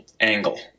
angle